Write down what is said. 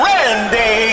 Randy